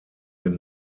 den